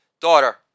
Daughter